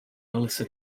melissa